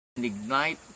ignite